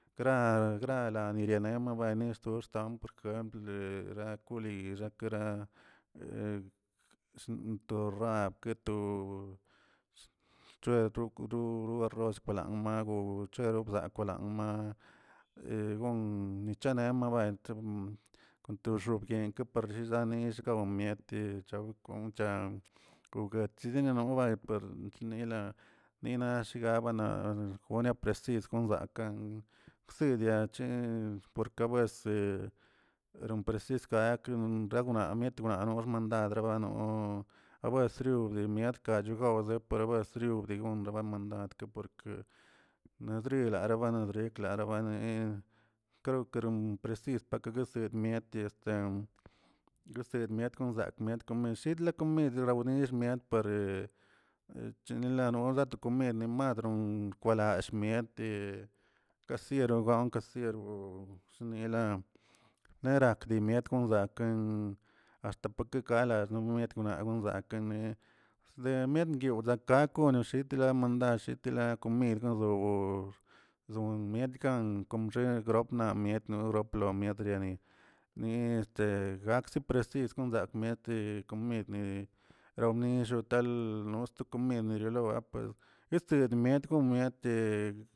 Gra- granilalə niriabuena bani xto xtam por jkemplə xa kuli xa kera to rabke to chrueruku kon rroz palamna o bcherobzak kolamma gon nichanema bentro kon to xobyenkə xilldalen xgom niate chaw kon chan chzizanegom guepar nilaa ni nax shgabana gone presid gon akan jsidiaꞌ porka buese ropresisgaken rawgna mietma no rmandadr rabanoo abuesroodio miedka yogowwze perabezriuꞌ digonrabe mandadkaꞌ porke nidrerabala nidrika rabane kreo keron presis pakeguesen tiste guised mien kosakꞌ miet kon misit rakimid raramill miet pare, chenelato to komid ni le madron lallꞌ mieti kasiero bam kasiero, zunielam narat miet konzakꞌ axte pake gala no miet konzake de mietguiw naka kono shetlam naꞌ shtlan komid gonzorow zon mietgan gomxe gropna miet norop lo mietnani ni este gakze presis miete komidni rawmi xatal kon sto komin larioꞌapues este miet miete.